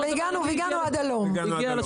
עד הלום.